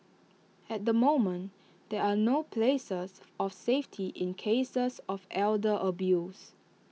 at the moment there are no places of safety in cases of elder abuse